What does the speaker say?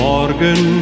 Morgen